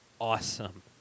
awesome